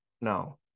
no